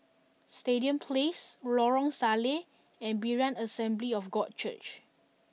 Stadium Place Lorong Salleh and Berean Assembly of God Church